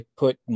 put